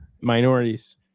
minorities